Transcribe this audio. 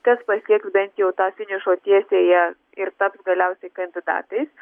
kas pasieks bent jau tą finišo tiesiąją ir taps galiausiai kandidatais